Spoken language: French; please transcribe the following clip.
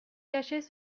cachées